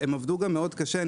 הם גם עבדו מאוד קשה.